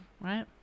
right